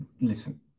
listen